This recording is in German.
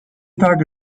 tage